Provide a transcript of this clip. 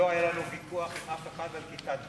לא היה לנו ויכוח עם אף אחד על כיתת גן.